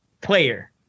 player